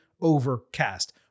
Overcast